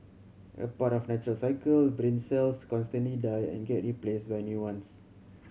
as part of a natural cycle brain cells constantly die and get replaced by new ones